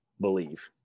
believe